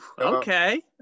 okay